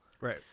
right